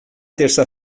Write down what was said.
terça